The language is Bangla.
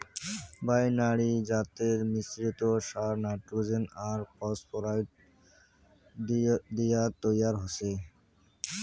বাইনারি জাতের মিশ্রিত সার নাইট্রোজেন আর ফসফরাস দিয়াত তৈরি হসে